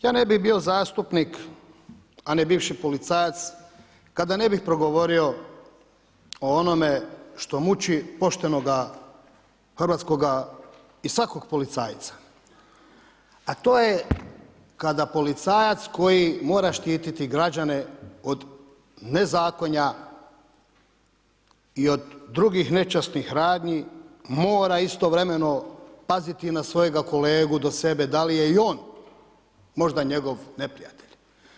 Ja ne bih bio zastupnik, a ne bivši policajac kada ne bih progovorio o onome što muči poštenoga hrvatskoga i svakog policajca, a to je kada policajac koji mora štititi građane od nezakonja i od drugih nečasnih radnji mora istovremeno paziti na svojega kolegu do sebe da li je i on možda njegov neprijatelj.